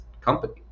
company